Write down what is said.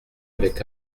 avec